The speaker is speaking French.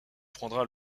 prendra